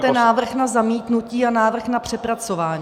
Máte návrh na zamítnutí a návrh na přepracování.